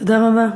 תודה רבה.